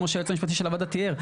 כמו שהיועץ המשפטי של הוועדה תיאר.